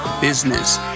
business